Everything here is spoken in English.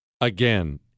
Again